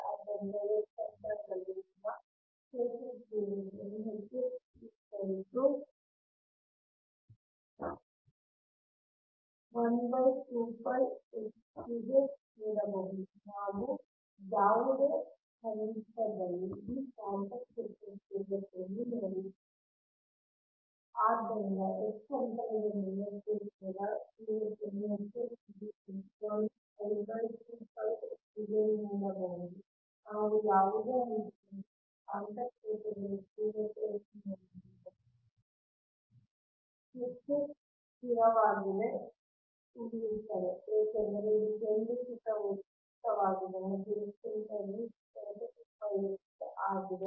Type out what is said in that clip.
ಆದ್ದರಿಂದ x ಅಂತರದಲ್ಲಿರುವ ಕ್ಷೇತ್ರದ ತೀವ್ರತೆಯನ್ನು ಹೀಗೆ ನೀಡಬಹುದು ನಾವು ಯಾವುದೇ ಹಂತದಲ್ಲಿ ಈ ಕಾಂತಕ್ಷೇತ್ರದ ತೀವ್ರತೆಯನ್ನು ನೋಡಿದ್ದೇವೆ Hx ಸ್ಥಿರವಾಗಿ ಉಳಿಯುತ್ತೇವೆ ಏಕೆಂದರೆ ಇದು ಕೇಂದ್ರೀಕೃತ ವೃತ್ತವಾಗಿದೆ ಮತ್ತು x ಅಂತರದಲ್ಲಿ ಸುತ್ತಳತೆ 2𐍀x ಆಗಿದೆ